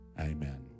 amen